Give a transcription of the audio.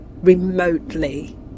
remotely